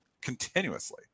continuously